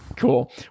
cool